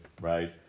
right